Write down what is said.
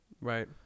right